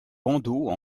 bandeaux